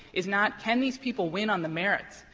is not can these people win on the merits.